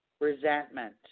resentment